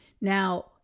Now